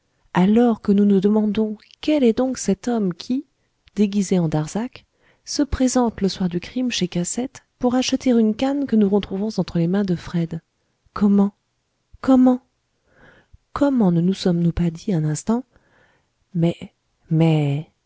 alors que nous nous demandons quel est donc cet homme qui déguisé en darzac se présente le soir du crime chez cassette pour acheter une canne que nous retrouvons entre les mains de fred comment comment comment ne nous sommesnous pas dit un instant mais mais